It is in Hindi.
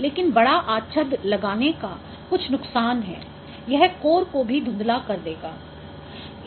लेकिन बड़ा आच्छद लगाने का कुछ नुकसान है यह कोर को भी धुँधला कर देगा